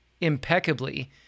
impeccably